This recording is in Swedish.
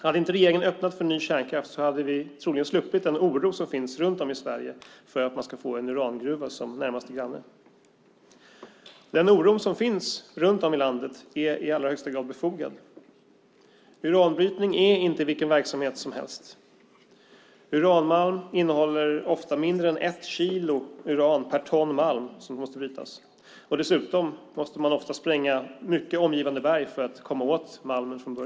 Hade inte regeringen öppnat för ny kärnkraft hade vi troligen sluppit den oro som finns runt om i Sverige för att man ska få en urangruva som närmaste granne. Den oro som finns runt om i landet är i allra högsta grad befogad. Uranbrytning är inte vilken verksamhet som helst. Uranmalm innehåller ofta mindre än ett kilo uran per ton malm. Dessutom måste man ofta spränga bort mycket omgivande berg för att komma åt malmen.